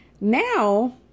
now